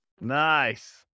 nice